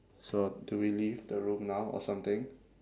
so do we leave the room now or something